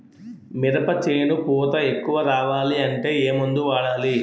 మినప చేను పూత ఎక్కువ రావాలి అంటే ఏమందు వాడాలి?